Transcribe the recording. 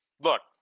Look